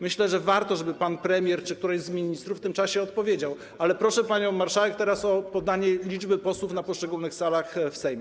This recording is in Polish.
Myślę, że warto, żeby pan premier czy któryś z ministrów w tym czasie odpowiedział, ale teraz proszę panią marszałek o podanie liczby posłów w poszczególnych salach w Sejmie.